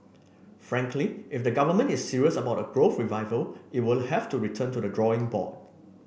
frankly if the government is serious about a growth revival it will have to return to the drawing board